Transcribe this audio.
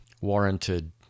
warranted